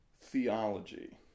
theology